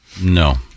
No